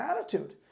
attitude